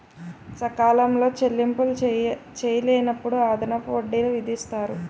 సకాలంలో చెల్లింపులు చేయలేనప్పుడు అదనపు వడ్డీలు విధిస్తారు